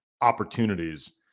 opportunities